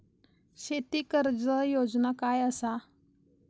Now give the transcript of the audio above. शेती कर्ज योजना काय असा?